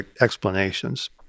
explanations